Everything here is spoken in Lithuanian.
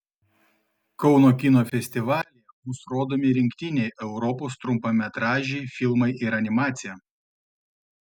kauno kino festivalyje bus rodomi rinktiniai europos trumpametražiai filmai ir animacija